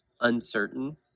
uncertain